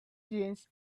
jeans